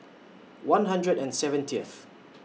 one hundred and seventieth